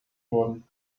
wurden